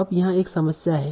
अब यहाँ एक समस्या है